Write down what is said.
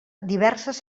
diverses